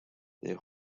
their